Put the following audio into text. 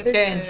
כן.